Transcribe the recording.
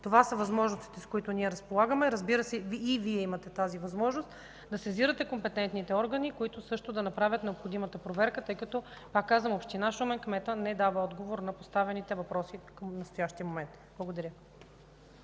Това са възможностите, с които ние разполагаме. Разбира се, и Вие имате тази възможност да сезирате компетентните органи, които също да направят необходимата проверка, тъй като, пак казвам, община Шумен, кметът не дава отговор на поставените въпроси към настоящия момент. Благодаря